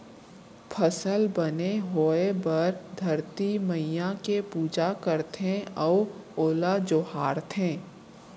फसल बने होए बर धरती मईया के पूजा करथे अउ ओला जोहारथे